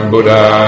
Buddha